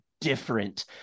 different